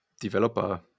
developer